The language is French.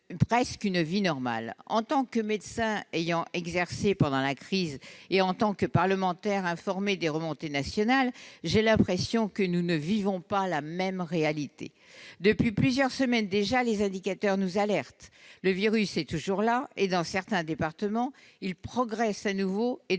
presque une vie normale ». En tant que médecin ayant exercé pendant la crise et en tant que parlementaire informée des remontées du terrain, j'ai l'impression que nous ne vivons pas la même réalité. Depuis plusieurs semaines déjà, les indicateurs nous alertent : le virus est toujours là et, dans certains départements, il progresse de nouveau, et